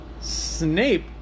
Snape